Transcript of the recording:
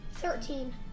Thirteen